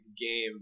game